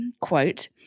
quote